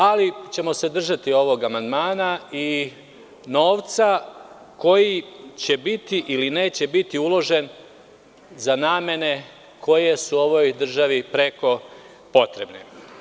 Ali ćemo se držati ovoga amandmana i novca koji će biti ili neće biti uložen za namene koje su ovoj državi preko potrebne.